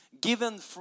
given